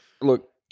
Look